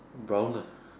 brown lah